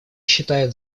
считает